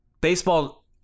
baseball